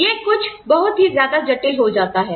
यह कुछ बहुत ही ज्यादा जटिल हो जाता है